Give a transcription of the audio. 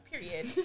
Period